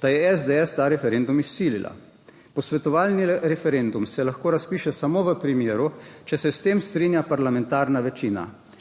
da je SDS ta referendum izsilila. Posvetovalni referendum se lahko razpiše samo v primeru, če se s tem strinja parlamentarna večina.